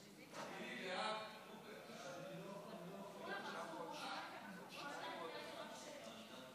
התש"ף 2020, לוועדת הכלכלה נתקבלה.